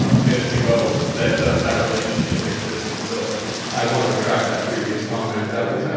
ah minutes ago that that relationship existed. so i want to retract that previous comment. that was